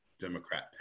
Democrat